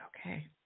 Okay